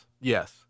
Yes